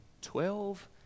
Twelve